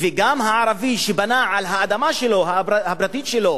וגם ערבי שבנה על האדמה הפרטית שלו,